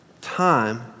time